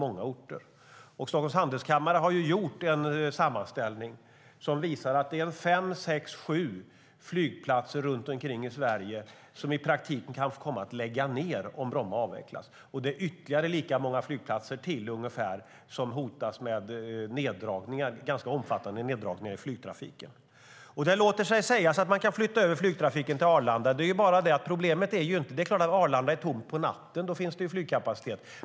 Stockholms Handelskammare har gjort en sammanställning som visar att fem sex sju flygplatser i Sverige kan få lägga ned om Bromma avvecklas och att lika många till hotas av ganska omfattande neddragningar i flygtrafiken. Det sägs att man kan flytta över flygtrafiken till Arlanda. På natten är Arlanda tomt, och då finns det flygkapacitet.